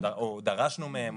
-- או דרשנו מהם